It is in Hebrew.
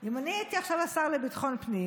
אם אני הייתי עכשיו השר לביטחון פנים